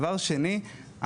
דבר שני,